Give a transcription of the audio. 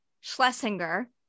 Schlesinger